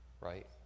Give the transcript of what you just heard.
Right